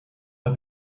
her